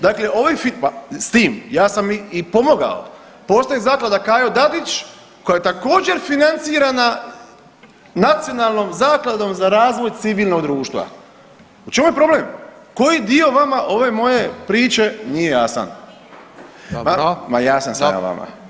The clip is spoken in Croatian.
Dakle, ovo je, s tim ja sam i pomogao, postoji Zaklada Kajo Dadić koja je također financirana Nacionalnom zakladom za razvoj civilnog društva, u čemu je problem, koji dio vama ove moje priče nije jasan, ma jasan je svima vama.